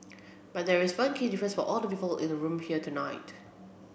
but there is one key difference for all the people in the room here tonight